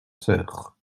sœurs